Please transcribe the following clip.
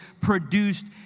produced